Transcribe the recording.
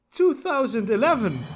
2011